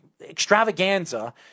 extravaganza